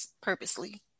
purposely